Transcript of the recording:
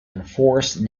enforce